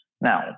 Now